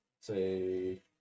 say